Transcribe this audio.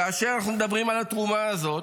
כאשר אנחנו מדברים על התרומה הזו,